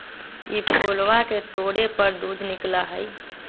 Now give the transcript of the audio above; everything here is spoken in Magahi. ई फूलवा के तोड़े पर दूध निकला हई